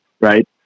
right